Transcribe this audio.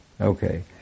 Okay